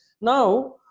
now